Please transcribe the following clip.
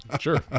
Sure